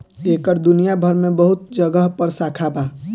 एकर दुनिया भर मे बहुत जगह पर शाखा बा